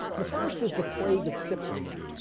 the first is the plague of separation,